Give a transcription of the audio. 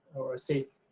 or a safe